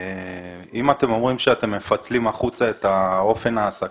אם אתם אומרים שאתם מפצלים החוצה את אופן ההעסקה,